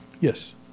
Yes